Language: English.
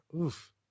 oof